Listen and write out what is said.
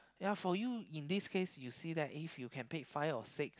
ya for you in this case you see that if you can pick five or six